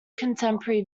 contemporary